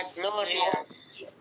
glorious